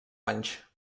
anys